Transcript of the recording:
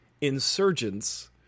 insurgents